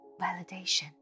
validation